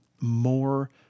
more